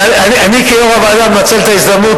אבל אני כיו"ר הוועדה מנצל את ההזדמנות